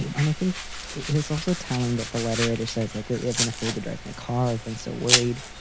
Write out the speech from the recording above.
and i think it is also telling that the letter writer says, like, lately, i've been afraid to drive my car. i've been so worried.